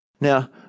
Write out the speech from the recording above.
Now